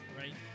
right